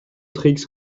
tricks